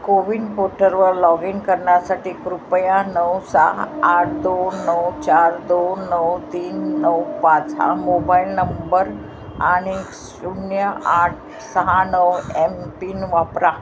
कोविन पोर्टलवर log in करण्यासाठी कृपया नऊ सहा आठ दोन नऊ चार दोन नऊ तीन नऊ पाच हा मोबाईल नंबर आणि शून्य आठ सहा नऊ एमपिन वापरा